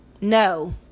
No